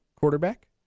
quarterback